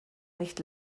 nicht